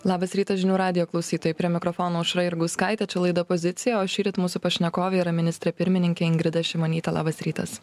labas rytas žinių radijo klausytojai prie mikrofono aušra jurgauskaitė čia laida pozicija o šįryt mūsų pašnekovė yra ministrė pirmininkė ingrida šimonytė labas rytas